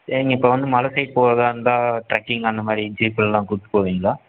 ஏங்க இப்போ வந்து மலை சைட் போகிறதா இருந்தால் ட்ரக்கிங் அந்தமாதிரி ஜீப்லெல்லாம் கூட்டு போவீங்களா